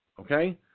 okay